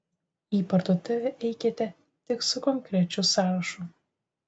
į parduotuvę eikite tik su konkrečiu sąrašu